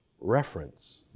reference